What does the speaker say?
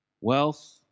Wealth